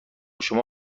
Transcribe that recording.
شما